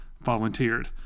volunteered